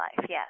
yes